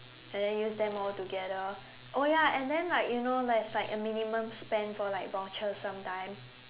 and then use them all together oh ya and then like you know like there's a minimum spend for like vouchers sometimes